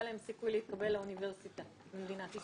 להם סיכוי להתקבל לאוניברסיטה במדינת ישראל.